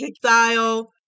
style